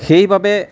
সেইবাবে